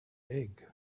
egg